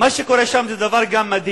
מה שקורה שם זה גם כן דבר מדהים.